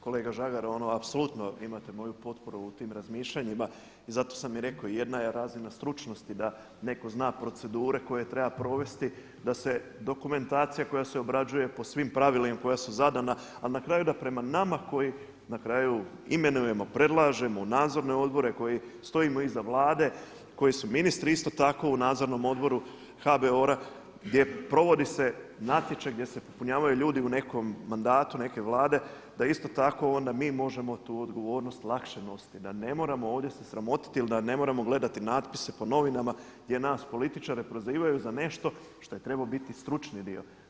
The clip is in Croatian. Kolega Žagar ono apsolutno imate moju potporu u tim razmišljanjima zato sam i rekao jedna je razina stručnosti da neko zna procedure koje treba provesti da se dokumentacija koja se obrađuje po svim pravilima koja su zadana a na kraju da prema nama koji na kraju imenujemo, predlažemo u nadzorne odbore, koji stojimo iza Vlade, koji su ministri isto tako u nadzornom odboru HBOR-a gdje provodi se natječaj, gdje se popunjavaju ljudi u nekom mandatu neke Vlade da isto tako onda mi možemo tu odgovornost lakše nositi da ne moramo ovdje se sramotiti ili da ne moramo gledati natpise po novinama gdje nas političare prozivaju za nešto što je trebao biti stručni dio.